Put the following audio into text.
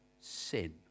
sin